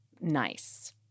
nice